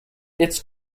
its